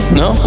no